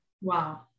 Wow